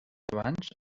abans